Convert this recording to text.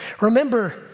Remember